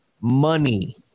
money